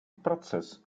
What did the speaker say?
процесс